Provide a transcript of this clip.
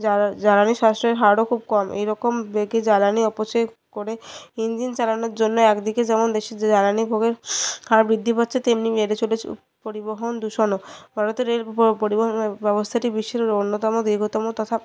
জ্বালানী সাশ্রয় হারও খুব কম এইরকম জ্বালানী অপচয় করে ইঞ্জিন চালানোর জন্য একদিকে যেমন দেশের জ্বালানী ভোগের হাড় বৃদ্ধি পাচ্ছে তেমনি মেরেচুটে পরিবহন দূষণও ভারতের রেল পরিবহন ব্যবস্থাটি বিশ্বের অন্যতম দীর্ঘতম তথা